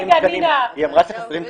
היא אמרה שחסרים תקנים.